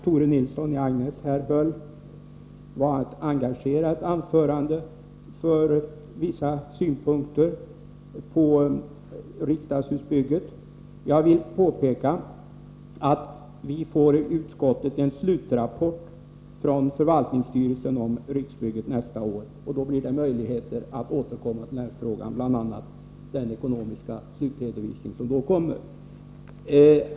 Tore Nilsson i Agnäs höll ett engagerat anförande för vissa synpunkter på riksdagshusbygget. Jag vill påpeka att vi i utskottet får en slutrapport nästa år från förvaltningsstyrelsen om riksbygget. Då blir det möjligt att återkomma till den här frågan — bl.a. i anslutning till den ekonomiska slutredovisning som då kommer.